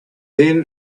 then